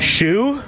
Shoe